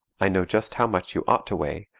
i know just how much you ought to weigh,